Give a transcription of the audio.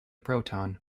proton